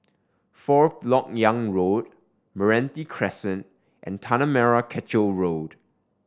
Fourth Lok Yang Road Meranti Crescent and Tanah Merah Kechil Road